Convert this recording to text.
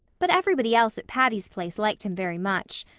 but everybody else at patty's place liked him very much.